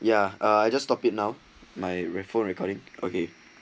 ya I just stop it now my raffles recording okay